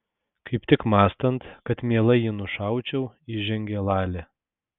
kaip tik mąstant kad mielai jį nušaučiau įžengė lali